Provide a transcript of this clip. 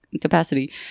capacity